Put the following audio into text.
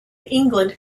england